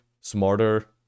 smarter